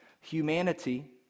humanity